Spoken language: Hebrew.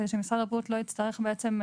כדי שמשרד הבריאות לא יצטרך בעצם,